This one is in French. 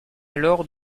alors